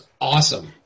awesome